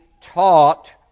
taught